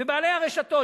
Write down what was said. ובעלי הרשתות,